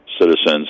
citizens